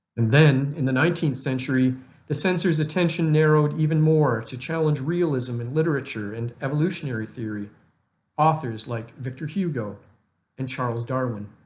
then in the nineteenth century the censors attention narrowed even more to challenged realism in literature and evolutionary theory authors like victor hugo and charles darwin.